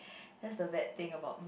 that's the bad thing about